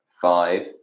five